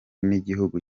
n’igihugu